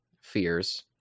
fears